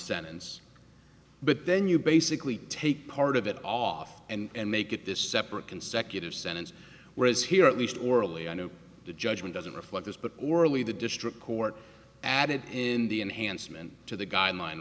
sentence but then you basically take part of it off and make it this separate consecutive sentence whereas here at least orally i know the judgement doesn't reflect this but orally the district court added in the enhancement to the guideline